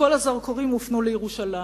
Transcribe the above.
וכל הזרקורים הופנו לירושלים.